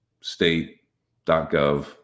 state.gov